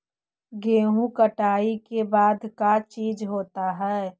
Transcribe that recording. गेहूं कटाई के बाद का चीज होता है?